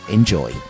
Enjoy